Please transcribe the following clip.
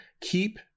keep